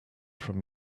from